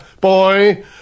boy